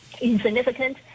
insignificant